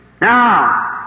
Now